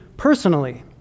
personally